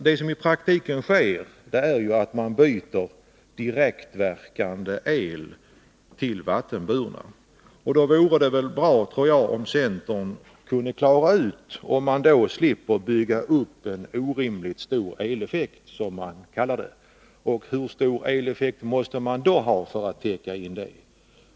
Det somi praktiken sker är att man byter direktverkande el mot vattenburen. Det vore bra om centern kunde reda ut om man då slipper bygga upp en orimligt stor eleffekt, som centern kallar det. Hur stor eleffekt måste man i så fall ha för att täcka behovet?